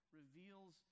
reveals